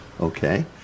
Okay